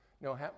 no